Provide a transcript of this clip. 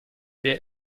wer